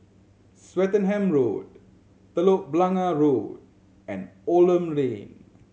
Swettenham Road Telok Blangah Road and Oldham Lane